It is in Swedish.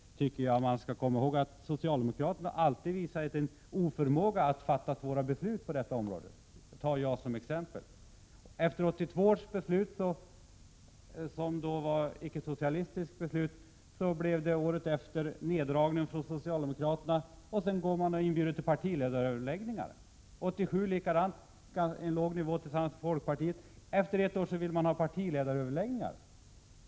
Då tycker jag att man skall komma ihåg att socialdemokraterna alltid visat en oförmåga att fatta beslut på detta område. Det tar jag som exempel. Efter 1982 års beslut, som fattades av en icke-socialistisk majoritet, gjorde socialdemokraterna året efter en neddragning, och sedan inbjöd man till partiledaröverläggningar. 1987 var det likadant. Då fattade man tillsammans med folkpartiet beslut om en låg nivå, och efter ett år ville man ha partiledaröverläggningar.